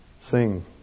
sing